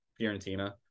Fiorentina